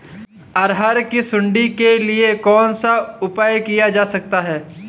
अरहर की सुंडी के लिए कौन सा उपाय किया जा सकता है?